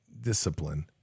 discipline